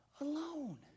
alone